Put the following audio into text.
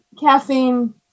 caffeine